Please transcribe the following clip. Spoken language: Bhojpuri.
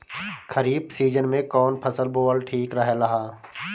खरीफ़ सीजन में कौन फसल बोअल ठिक रहेला ह?